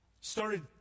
started